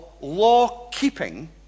law-keeping